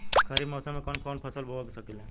खरिफ मौसम में कवन कवन फसल बो सकि ले?